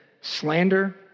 slander